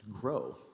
grow